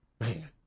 man